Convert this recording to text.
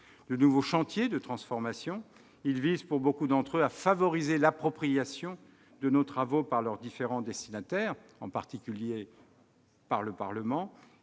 de nouveaux chantiers de transformation. Ils visent, pour beaucoup d'entre eux, à favoriser l'appropriation de nos travaux par leurs différents destinataires, en particulier par le Parlement.